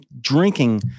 drinking